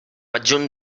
adjunt